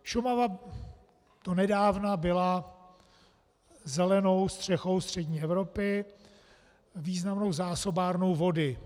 Šumava donedávna byla zelenou střechou střední Evropy, významnou zásobárnou vody.